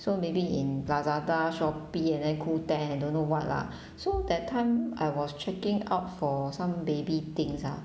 so maybe in Lazada Shopee and then Qoo ten and don't know what lah so that time I was checking out for some baby things ah